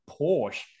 Porsche